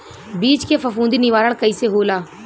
बीज के फफूंदी निवारण कईसे होला?